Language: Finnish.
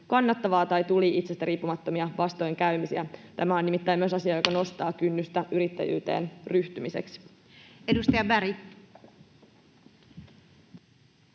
kannattavaa tai tuli itsestä riippumattomia vastoinkäymisiä? Tämä on nimittäin myös asia, joka nostaa kynnystä ryhtyä yrittäjyyteen. Edustaja Berg.